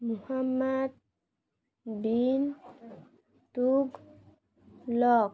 Muhammad bin টুব lock